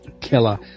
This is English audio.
killer